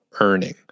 earning